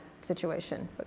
situation